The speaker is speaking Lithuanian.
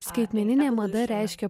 skaitmeninė mada reiškia